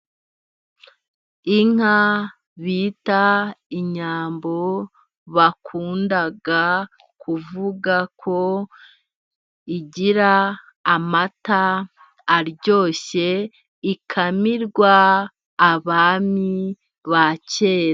Inka bita inyambo bakunda kuvuga ko igira amata aryoshye, ikamirwa abami ba kera.